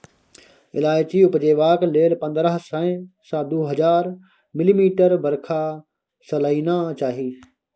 इलाइचीं उपजेबाक लेल पंद्रह सय सँ दु हजार मिलीमीटर बरखा सलियाना चाही